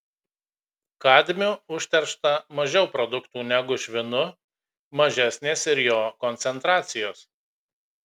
kadmiu užteršta mažiau produktų negu švinu mažesnės ir jo koncentracijos